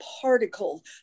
particle